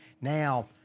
Now